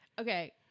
Okay